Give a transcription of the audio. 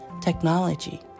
technology